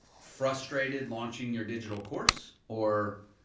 frustrated launching your digital course or